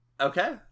Okay